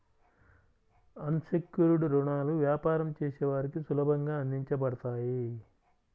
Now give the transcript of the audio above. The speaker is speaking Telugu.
అన్ సెక్యుర్డ్ రుణాలు వ్యాపారం చేసే వారికి సులభంగా అందించబడతాయి